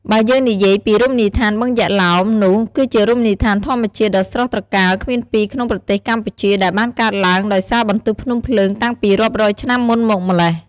បើយើងនិយាយពីរមណីយដ្ឋានបឹងយក្សឡោមនោះគឺជារមណីយដ្ឋានធម្មជាតិ ដ៏ស្រស់ត្រកាលគ្មានពីរក្នុងប្រទេសកម្ពុជាដែលបានកើតឡើងដោយសារបន្ទុះភ្នំភ្លើងតាំងពីរាប់រយឆ្នាំមុនមកម៉េ្លះ។